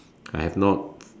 I have not